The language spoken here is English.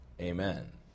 Amen